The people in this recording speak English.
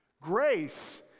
Grace